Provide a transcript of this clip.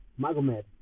Magomed